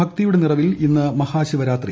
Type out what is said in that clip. ഭക്തിയുടെ നിറവിൽ ഇന്ന് മഹാ ശിവരാത്രി